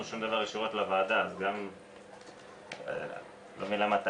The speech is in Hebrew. גם ביקשנו